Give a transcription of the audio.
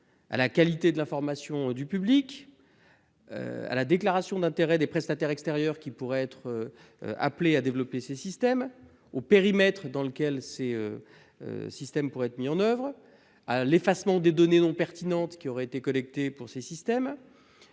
; la qualité de l'information du public ; la déclaration d'intérêt des prestataires extérieurs qui pourraient être appelés à développer ces systèmes ; le périmètre dans lequel ces systèmes pourraient être déployés ; l'effacement des données non pertinentes qui auraient été collectées pour ces systèmes